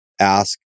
ask